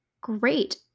great